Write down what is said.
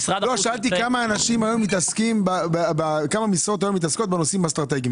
שאלתי כמה משרות עוסקות היום בנושאים האסטרטגיים.